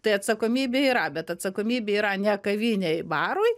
tai atsakomybė yra bet atsakomybė yra ne kavinei barui